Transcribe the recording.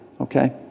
Okay